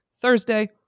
Thursday